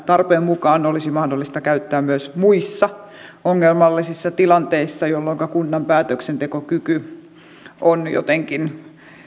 tarpeen mukaan olisi mahdollista käyttää myös muissa ongelmallisissa tilanteissa jolloin kunnan päätöksentekokyky on jotenkin